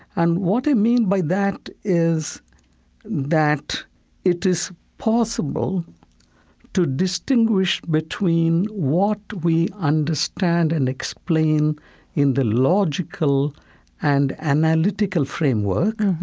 and what i mean by that is that it is possible to distinguish between what we understand and explain in the logical and analytical framework,